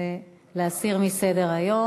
להסיר מסדר-היום.